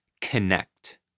connect